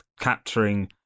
capturing